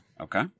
Okay